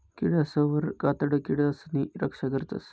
किडासवरलं कातडं किडासनी रक्षा करस